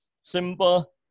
Simple